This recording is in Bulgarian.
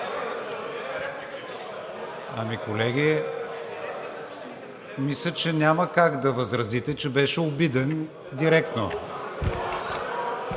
Ами, колеги, мисля, че няма как да възразите, че беше обиден директно.